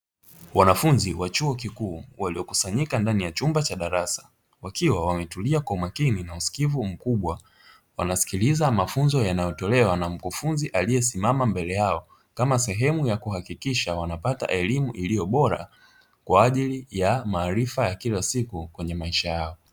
Wanafunzi wa chuo kikuu waliokusanyika ndani ya chumba cha darasa, wakiwa wametulia kwa umakini na usikivu mkubwa; wanasikiliza mafunzo yanayotolewa na mkufunzi aliyesimama mbele yao, kama sehemu ya kuhakikisha wanapata elimu iliyo bora kwa ajili ya maarifa ya kila siku kwenye maisha yao.